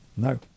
No